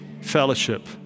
fellowship